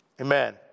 Amen